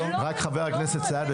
חה"כ סעדה,